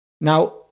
Now